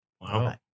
wow